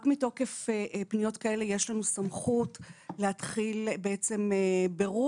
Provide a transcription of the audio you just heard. רק מתוקף פניות כאלה, יש לנו סמכות להתחיל ברור.